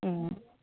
ம்